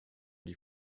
die